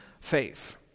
faith